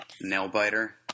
Nail-biter